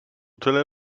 tyle